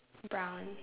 brown